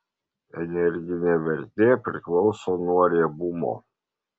energinė vertė priklauso nuo riebumo